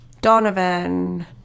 Donovan